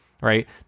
right